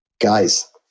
guys